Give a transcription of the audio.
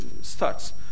starts